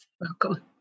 Welcome